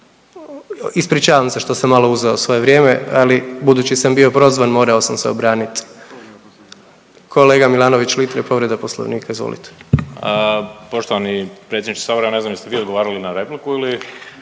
Ispričavam se što sam malo uzeo svoje vrijeme, ali budući sam bio prozvan morao sam se obranit. Kolega Milanović Litre povreda Poslovnika, izvolite. **Milanović Litre, Marko (Hrvatski suverenisti)**